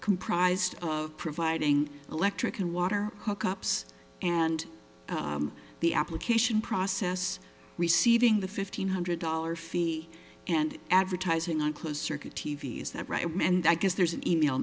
comprised of providing electric and water hookups and the application process receiving the fifteen hundred dollars fee and advertising on closed circuit t v is that right and i guess there's an e mail